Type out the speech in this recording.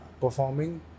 performing